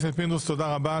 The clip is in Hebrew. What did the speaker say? תודה רבה.